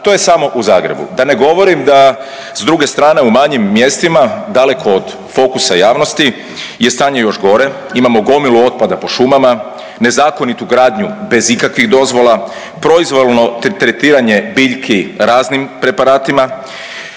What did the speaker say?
to je samo u Zagrebu, da ne govorim da s druge strane u manjim mjestima daleko od fokusa javnosti je stanje još gore. Imamo gomilu otpada po šumama, nezakonitu gradnju bez ikakvih dozvola, proizvoljno tretiranje biljki raznim preparatima,